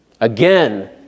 Again